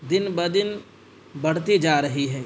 دن بہ دن بڑھتی جا رہی ہے